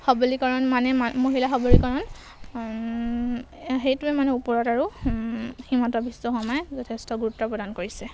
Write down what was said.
সবলীকৰণ মানে মা মহিলা সবলীকৰণ সেইটোৱে মানে ওপৰত আৰু হিমন্ত বিশ্ব শৰ্মাই যথেষ্ট গুৰুত্ব প্ৰদান কৰিছে